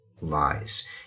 lies